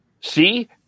See